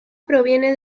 proviene